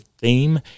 theme